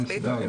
גם סיגריות.